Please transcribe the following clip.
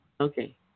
Okay